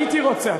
הייתי רוצה.